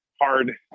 hard